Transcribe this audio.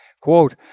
Quote